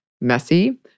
messy